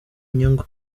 inyungu